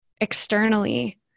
externally